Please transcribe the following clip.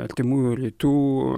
artimųjų rytų